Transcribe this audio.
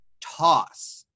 Toss